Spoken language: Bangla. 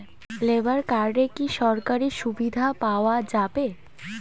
লেবার কার্ডে কি কি সরকারি সুবিধা পাওয়া যাবে?